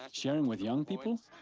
sharing with young people,